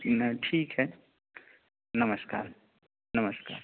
न ठीक है नमस्कार नमस्कार